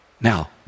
Now